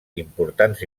importants